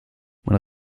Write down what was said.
mein